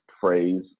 phrase